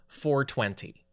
420